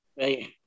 Right